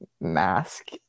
mask